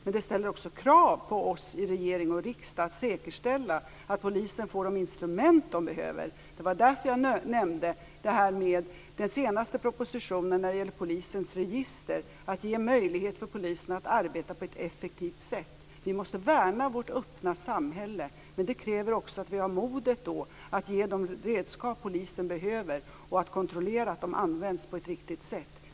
Men det ställer också krav på oss i regering och riksdag att säkerställa att polisen får de instrument man behöver. Det var därför jag nämnde den senaste propositionen när det gäller polisens register och att ge möjlighet för polisen att arbeta på ett effektivt sätt. Vi måste värna vårt öppna samhälle. Men det kräver också att vi har modet att ge de redskap polisen behöver och att kontrollera att de används på ett riktigt sätt.